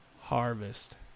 harvest